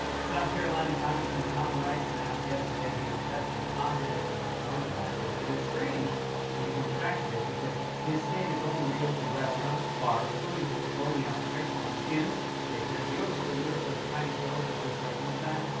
south carolina congressman tom rice announced yesterday he has tested positive for the coronavirus. but it's strange that he contracted it because his state has only reopened restaurants, bars, swimming pools, bowling alleys, hair salons, gyms, daycares, yoga studios, those tiny stores that only sell wind chimes,